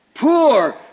poor